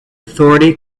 authority